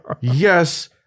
Yes